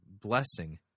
blessing